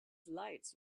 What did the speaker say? lights